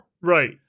Right